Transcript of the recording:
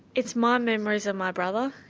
it's my memories of my brother,